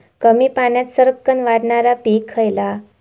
कमी पाण्यात सरक्कन वाढणारा पीक खयला?